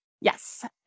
Yes